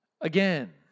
Again